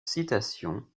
citation